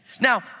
Now